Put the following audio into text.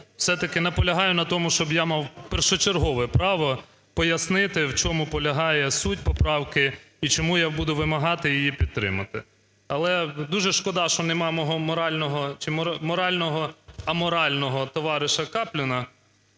все-таки наполягаю на тому, щоб я мав першочергове право пояснити, у чому полягає суть поправки і чому я буду вимагати її підтримати. Але дуже шкода, що нема мого морального чи морального-аморального товариша Капліна,